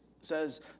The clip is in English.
says